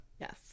Yes